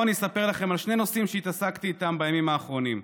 בואו אני אספר לכם על שני נושאים שהתעסקתי איתם בימים האחרונים.